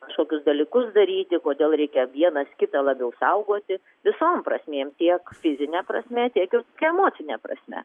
kažkokius dalykus daryti kodėl reikia vienas kitą labiau saugoti visom prasmėm tiek fizine prasme tiek ir emocine prasme